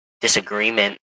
disagreement